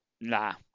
nah